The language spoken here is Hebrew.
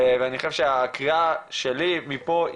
ואני חושב שהקריאה שלי מפה היא,